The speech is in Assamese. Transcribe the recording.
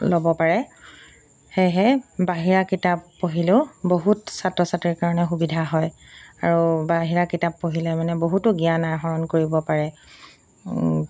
ল'ব পাৰে সেয়েহে বাহিৰা কিতাপ পঢ়িলেও বহুত ছাত্ৰ ছাত্ৰীৰ কাৰণে সুবিধা হয় আৰু বাহিৰা কিতাপ পঢ়িলে মানে বহুতো জ্ঞান আহৰণ কৰিব পাৰে